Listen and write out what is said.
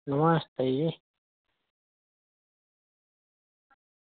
नमस्ते जी